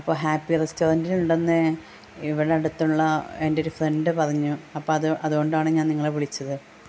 അപ്പ ഹാപ്പി റെസ്റ്റോറൻറ്റിലുണ്ടെന്ന് ഇവടെ അടുത്തുള്ള എൻറ്റൊരു ഫ്രെണ്ട് പറഞ്ഞു അപ്പോള് അതുകൊണ്ടാണ് ഞാൻ നിങ്ങളെ വിളിച്ചത്